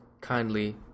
kindly